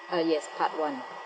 ah yes part one